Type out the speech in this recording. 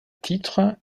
titres